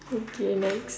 okay next